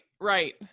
right